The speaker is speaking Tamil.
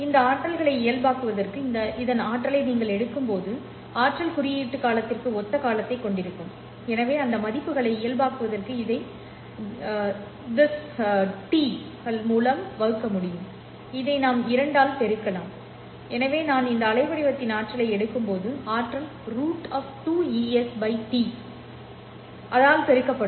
இந்த ஆற்றல்களை இயல்பாக்குவதற்கு இதன் ஆற்றலை நீங்கள் எடுக்கும்போது ஆற்றல் குறியீட்டு காலத்திற்கு ஒத்த காலத்தைக் கொண்டிருக்கும் எனவே அந்த மதிப்புகளை இயல்பாக்குவதற்கு இதை thisT கள் மூலம் வகுக்க முடியும் இதை நாம் 2 ஆல் பெருக்கலாம் எனவே நான் இந்த அலைவடிவத்தின் ஆற்றலை எடுக்கும்போது ஆற்றல் √ 2Es T s¿ ¿2 Ts 2 ஆல் பெருக்கப்படும்